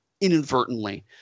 inadvertently